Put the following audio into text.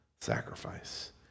sacrifice